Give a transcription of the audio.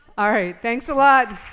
all right, thanks a lot.